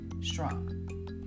strong